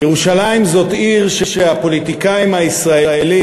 ירושלים זאת עיר שהפוליטיקאים הישראלים,